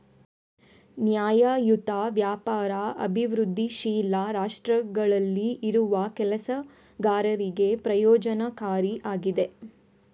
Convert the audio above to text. ನ್ಯಾಯಯುತ ವ್ಯಾಪಾರ ಅಭಿವೃದ್ಧಿಶೀಲ ರಾಷ್ಟ್ರಗಳಲ್ಲಿ ಇರುವ ಕೆಲಸಗಾರರಿಗೆ ಪ್ರಯೋಜನಕಾರಿ ಆಗಿದೆ